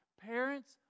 parents